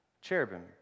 Cherubim